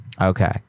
Okay